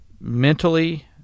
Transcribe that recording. mentally